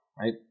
right